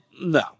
no